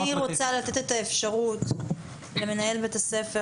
אני רוצה לתת את האפשרות למנהל בית הספר